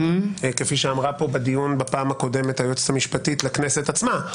כפי שאמרה פה בדיון בפעם הקודמת היועצת המשפטית לכנסת עצמה,